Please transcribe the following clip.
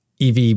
ev